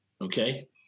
okay